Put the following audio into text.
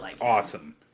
awesome